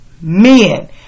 men